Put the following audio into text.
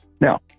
Now